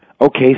okay